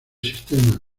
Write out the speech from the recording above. sistema